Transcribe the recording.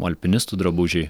alpinistų drabužiai